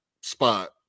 spot